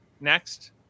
next